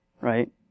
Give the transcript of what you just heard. right